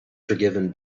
forgiven